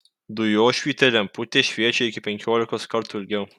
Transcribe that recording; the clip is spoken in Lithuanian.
dujošvytė lemputė šviečia iki penkiolikos kartų ilgiau